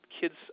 kids